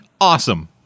Awesome